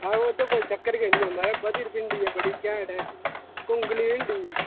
हां ओह्दा कोई चक्कर गै नेईं ऐ मा'राज बधिया भिंडी बड़ी घैंट ऐ कुंगली भिंडी